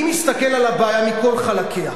אני מסתכל על הבעיה מכל חלקיה,